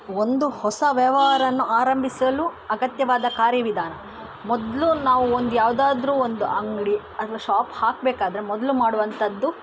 ಒಂದು ಹೊಸ ವ್ಯವಹಾರನ್ನು ಆರಂಭಿಸಲು ಅಗತ್ಯವಾದ ಕಾರ್ಯ ವಿಧಾನ ಮೊದಲು ನಾವು ಒಂದು ಯಾವುದಾದ್ರೂ ಒಂದು ಅಂಗಡಿ ಅಥವಾ ಶಾಪ್ ಹಾಕಬೇಕಾದ್ರೆ ಮೊದಲು ಮಾಡುವಂಥದ್ದು